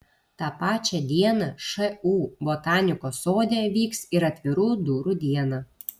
tą pačią dieną šu botanikos sode vyks ir atvirų durų diena